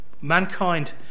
mankind